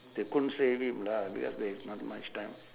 they couldn't save him lah because there is not much time